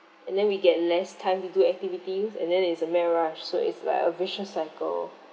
and then we get less time to do activities and then is a mad rush so it's like a vicious cycle